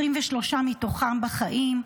23 מתוכם בחיים,